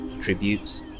tributes